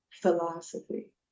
philosophy